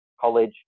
college